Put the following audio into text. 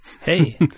Hey